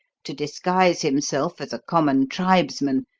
to disguise himself as a common tribesman,